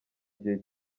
gihe